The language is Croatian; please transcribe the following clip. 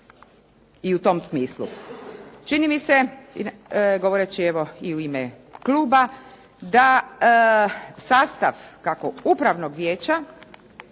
i u tom smislu. Čini mi se, govoreći evo i u ime kluba, da sastav kako upravnog vijeća